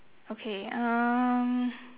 okay um